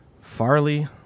Farley